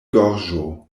gorĝo